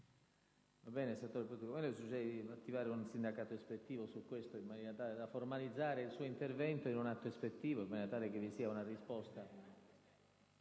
Grazie